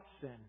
sin